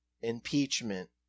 impeachment